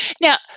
Now